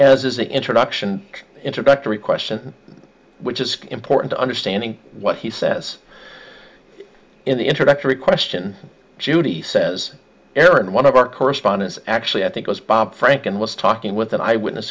about as his introduction introductory question which is important to understanding what he says in the introductory question judy says aaron one of our correspondents actually i think was bob franken was talking with an eyewitness